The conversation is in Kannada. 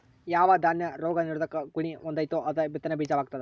ಯಾವ ದಾನ್ಯ ರೋಗ ನಿರೋಧಕ ಗುಣಹೊಂದೆತೋ ಅದು ಬಿತ್ತನೆ ಬೀಜ ವಾಗ್ತದ